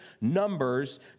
Numbers